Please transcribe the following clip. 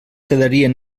quedarien